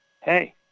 hey